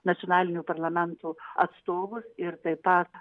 nacionalinių parlamentų atstovus ir taip pat